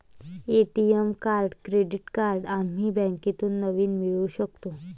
ATM card credit card आम्ही बँकेतून नवीन मिळवू शकतो